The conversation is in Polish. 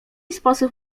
sposób